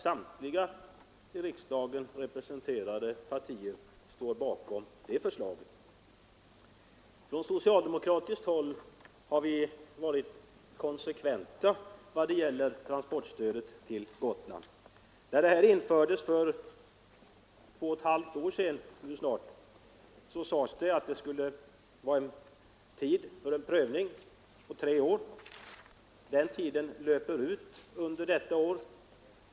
Samtliga i riksdagen representerade partier står alltså bakom detta förslag. Från socialdemokratiskt håll har vi varit konsekventa i vad gäller transportstödet till Gotland. När stödet infördes för snart två och ett halvt år sedan sade man att det skulle bli en försöksverksamhet under tre år. Den tiden löper ut under detta år.